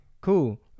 cool